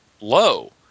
low